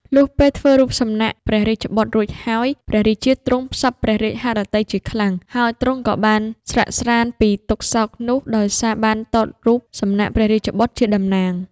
លុះពេលធ្វើរូបសំណាក់ព្រះរាជបុត្ររួចហើយ ព្រះរាជាទ្រង់សព្វព្រះរាជហឫទ័យជាខ្លាំង ហើយទ្រង់ក៏បានស្រាកស្រាន្តពីទុក្ខសោកនោះ ដោយសារបានទតរូបសំណាកព្រះរាជបុត្រជាតំណាង ។